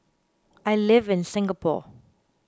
I live in Singapore